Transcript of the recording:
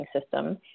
system